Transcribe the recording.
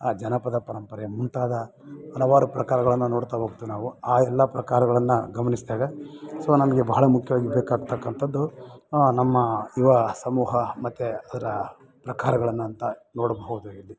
ಆ ಜನಪದ ಪರಂಪರೆ ಮುಂತಾದ ಹಲವಾರು ಪ್ರಕಾರಗಳನ್ನು ನೋಡ್ತಾ ಹೋಗ್ತೀವಿ ನಾವು ಆ ಎಲ್ಲ ಪ್ರಕಾರಗಳನ್ನು ಗಮನಿಸ್ತೇವೆ ಸೊ ನಮಗೆ ಬಹಳ ಮುಖ್ಯವಾಗಿ ಇರ್ಬೇಕಾಗಿ ತಕ್ಕಂಥದ್ದು ನಮ್ಮ ಯುವ ಸಮೂಹ ಮತ್ತು ಅದರ ಪ್ರಕಾರಗಳನ್ನು ಅಂತ ನೋಡಬಹುದು ಇಲ್ಲಿ